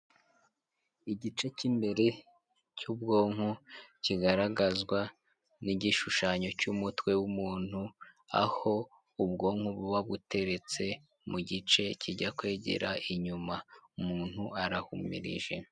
Igice k'imbere cy'ubwonko kigaragazwa n'igishushanyo cy'umutwe w'umuntu aho ubwonko buba buteretse mu gice kijya kwegera inyuma, umuntu arahumirije.